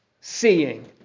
seeing